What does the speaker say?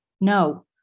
No